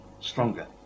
stronger